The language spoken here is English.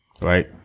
Right